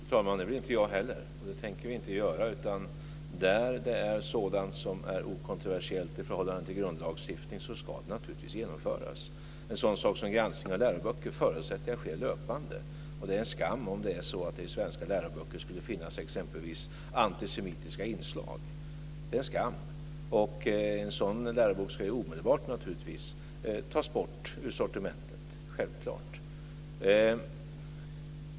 Fru talman! Det vill inte jag heller, och vi tänker inte göra det. Där förslagen är okontroversiella i förhållande till grundlagstiftning ska de naturligtvis genomföras. Jag förutsätter att granskning av läroböcker sker löpande. Det är en skam om det i svenska läroböcker skulle finnas exempelvis antisemitiska inslag. Sådana läroböcker skulle naturligtvis omedelbart tas bort ur sortimentet.